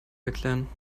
erklären